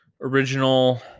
original